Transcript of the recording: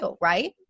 right